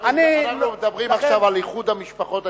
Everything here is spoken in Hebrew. אנחנו מדברים עכשיו על איחוד המשפחות,